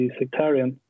Sectarian